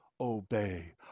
obey